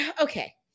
Okay